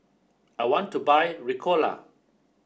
I want to buy Ricola